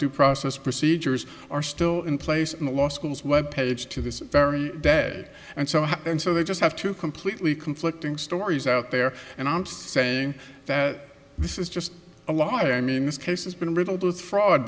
due process procedures are still in place in the law school's web page to this very day and so on and so they just have to completely conflicting stories out there and i'm saying that this is just a lie i mean this case has been riddled with fraud